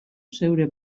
zeure